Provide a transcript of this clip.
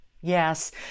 Yes